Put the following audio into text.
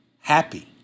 happy